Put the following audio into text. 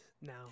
now